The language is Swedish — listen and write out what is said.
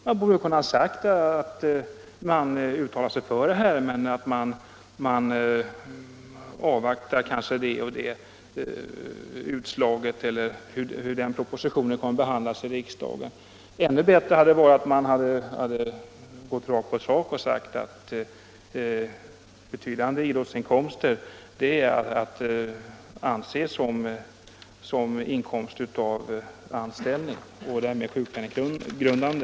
Man borde kunnat säga att man uttalade sig för detta, men att man ville avvakta det ena eller det andra utslaget eller hur propositionen kommer att behandlas i riksdagen. Ännu bättre hade det varit om man hade gått rakt på sak och sagt att betydande idrottsinkomster är att anse som inkomst av anställning och därmed sjukpenninggrundande.